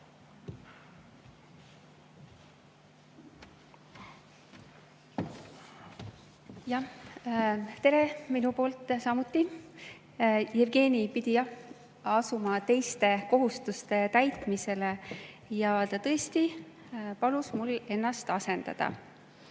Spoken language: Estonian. Tere minu poolt samuti! Jevgeni pidi jah asuma teiste kohustuste täitmisele ja ta tõesti palus mul ennast asendada.